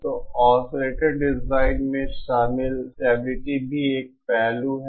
तो oscillator design में शामिल स्टेबिलिटी भी एक पहलू है